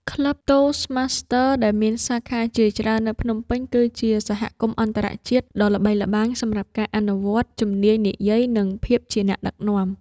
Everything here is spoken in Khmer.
ក្លឹបតូស្ដម៉ាស្ទ័រ ដែលមានសាខាជាច្រើននៅភ្នំពេញ គឺជាសហគមន៍អន្តរជាតិដ៏ល្បីល្បាញសម្រាប់ការអនុវត្តជំនាញនិយាយ និងភាពជាអ្នកដឹកនាំ។